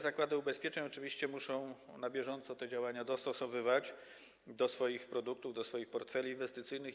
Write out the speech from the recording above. Zakłady ubezpieczeń oczywiście muszą na bieżąco te działania dostosowywać do swoich produktów, do swoich portfeli inwestycyjnych.